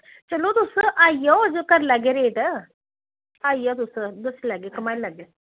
चलो तुस आई जाओ करी लैगे रेट आई जाओ तुस दस्सी लैगे घुमाई लैग्गे